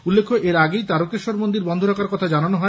উল্লেখ্য এর আগেই তারকেশ্বর মন্দির বন্ধ রাখার কথা জানানো হয়